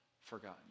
forgotten